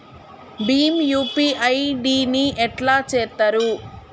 Bhim UPI ID ని ఎట్లా చేత్తరు?